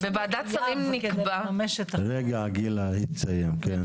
נטילת סמכות,